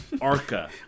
Arca